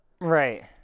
Right